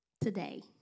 today